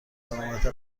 شهامت